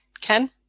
Ken